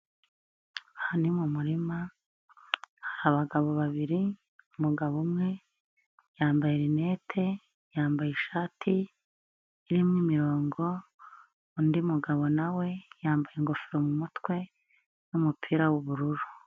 Aha ni mu murima, hari abagabo babiri, umugabo umwe, yambaye linete, yambaye ishati, irimo imirongo, undi mugabo nawe, yambaye ingofero mu mutwe, n'umupira w'ubururu.